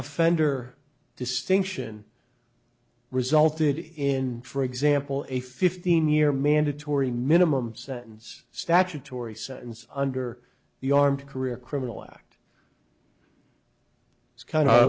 offender distinction resulted in for example a fifteen year mandatory minimum sentence statutory sentence under the armed career criminal act it's kind